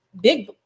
big